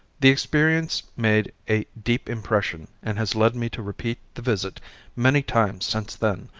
the experience made a deep impression and has led me to repeat the visit many times since then,